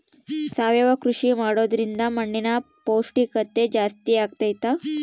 ಸಾವಯವ ಕೃಷಿ ಮಾಡೋದ್ರಿಂದ ಮಣ್ಣಿನ ಪೌಷ್ಠಿಕತೆ ಜಾಸ್ತಿ ಆಗ್ತೈತಾ?